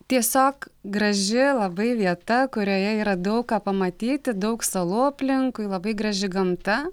tiesiog graži labai vieta kurioje yra daug ką pamatyti daug salų aplinkui labai graži gamta